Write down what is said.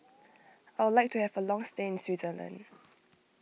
I would like to have a long stay in Switzerland